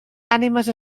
ànimes